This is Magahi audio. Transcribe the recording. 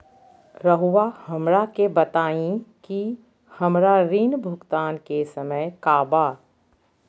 रहुआ हमरा के बताइं कि हमरा ऋण भुगतान के समय का बा?